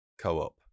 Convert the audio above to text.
co-op